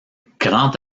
grand